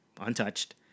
untouched